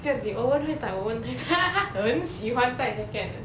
不用净 owen 会 owen 很喜欢带 jacket 的